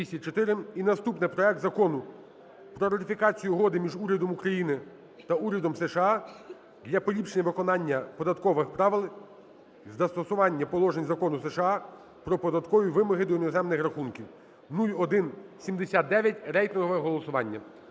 наступне – проект Закону про ратифікацію Угоди між Урядом України та Урядом Сполучених Штатів Америки для поліпшення виконання податкових правил й застосування положень Закону США "Про податкові вимоги до іноземних рахунків" (0179), рейтингове голосування.